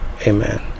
amen